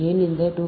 ஏன் இந்த 2